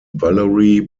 valerie